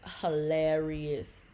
hilarious